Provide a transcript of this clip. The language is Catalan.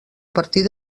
partir